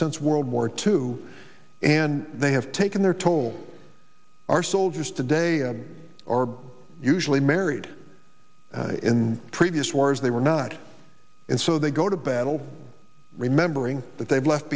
since world war two and they have taken their toll our soldiers today a are usually married in previous wars they were not and so they go to battle remembering that they've left